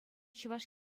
чӑваш